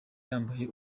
yambaye